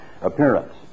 appearance